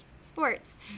sports